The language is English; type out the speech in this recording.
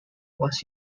was